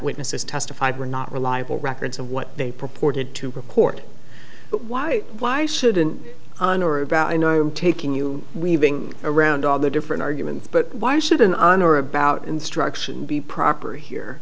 witnesses testified were not reliable records of what they purported to report but why why should an honor about taking you weaving around all the different arguments but why should an honor about instruction be proper here